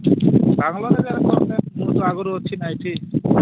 ବାଘମରା କରୁନ ଯେହେତୁ ଆଗରୁ ଅଛି ନା ଏଠି